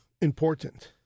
important